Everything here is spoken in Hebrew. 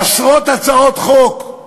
עשרות הצעות חוק,